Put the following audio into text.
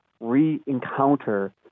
re-encounter